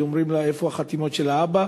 כי אומרים לה: איפה החתימות של האבא.